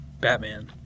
Batman